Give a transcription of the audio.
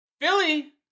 Philly